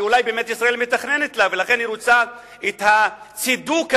שאולי באמת ישראל מתכננת אותה ולכן היא רוצה את הצידוק הזה,